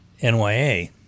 NYA